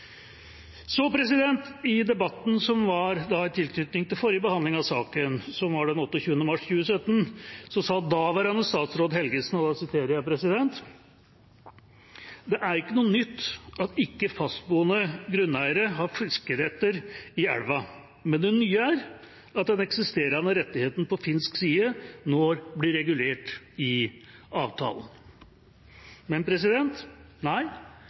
I debatten som var i tilknytning til forrige behandling av saken, den 28. mars 2017, sa daværende statsråd Helgesen: «Det er ikke noe nytt at ikke-fastboende grunneiere har fiskerettigheter i elva, men det nye er at den eksisterende rettigheten på finsk side nå blir regulert i avtalen.»